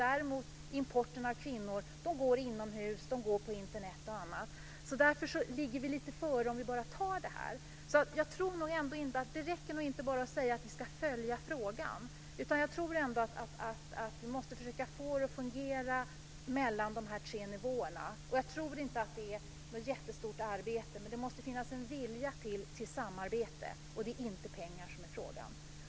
Däremot har vi problem med importen av kvinnor som utövar prostitution inomhus, via Internet och annat. Därför ligger vi lite före om vi tar tag i det här problemet. Det räcker nog inte att säga att vi ska följa frågan, utan vi måste försöka få det att fungera mellan dessa tre nivåer. Jag tror inte att det är fråga om något jättestort arbete, men det måste finnas en vilja till samarbete. Och det är inte pengarna som är problemet.